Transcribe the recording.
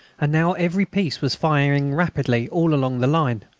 and now every piece was firing rapidly all along the line.